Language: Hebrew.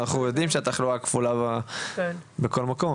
אנחנו יודעים שהתחלואה כפולה בכל מקום,